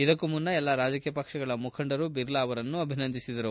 ಇದಕ್ಕೂ ಮುನ್ನ ಎಲ್ಲ ರಾಜಕೀಯ ಪಕ್ಷಗಳ ಮುಖಂಡರು ಬಿರ್ಲಾ ಅವರನ್ನು ಅಭಿನಂದಿಸಿದರು